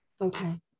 okay